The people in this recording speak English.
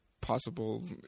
possible